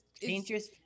Dangerous